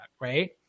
right